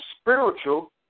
spiritual